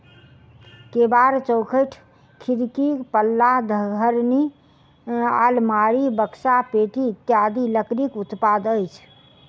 केबाड़, चौखटि, खिड़कीक पल्ला, धरनि, आलमारी, बकसा, पेटी इत्यादि लकड़ीक उत्पाद अछि